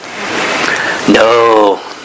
no